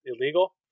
illegal